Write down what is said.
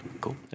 Cool